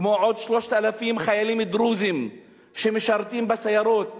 כמו עוד 3,000 חיילים דרוזים שמשרתים בסיירות,